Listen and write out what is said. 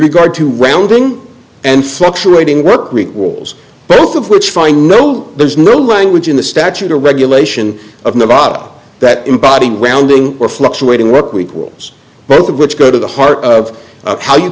regard to rounding and fluctuating workweek walls both of which find no there's no language in the statute or regulation of nevada that embody grounding or fluctuating rep weak words both of which go to the heart of how you